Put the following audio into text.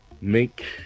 Make